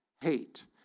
hate